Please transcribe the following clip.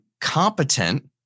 competent